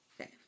Okay